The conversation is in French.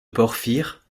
porphyre